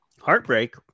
Heartbreak